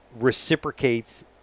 reciprocates